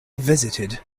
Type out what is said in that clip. visited